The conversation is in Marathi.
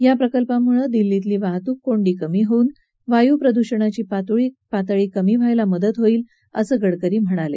या प्रकल्पांमुळे दिल्लीतली वाहतुक कोंडी कमी होऊन वायु प्रदुषणाची पातळी कमी होण्यास मदत होईल असं गडकरी म्हणाले